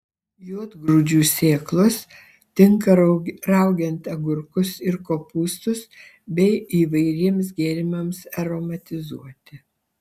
juodgrūdžių sėklos tinka raugiant agurkus ir kopūstus bei įvairiems gėrimams aromatizuoti